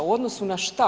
U odnosu na šta?